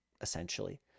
essentially